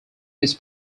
his